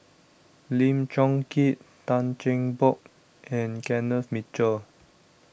Lim Chong Keat Tan Cheng Bock and Kenneth Mitchell